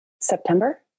September